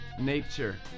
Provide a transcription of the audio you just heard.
nature